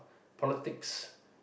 politics